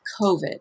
COVID